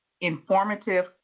informative